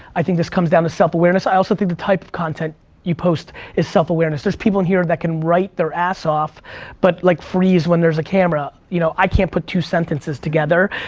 i think this comes down to self-awareness. i also think the type of content you post is self-awareness. there's people in here that can write their ass off but like freeze when there's a camera, you know? i can't put two sentences together,